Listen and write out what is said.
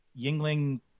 Yingling